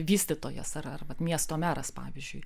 vystytojas ar ar vat miesto meras pavyzdžiui